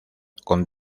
con